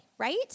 right